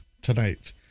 tonight